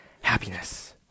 Happiness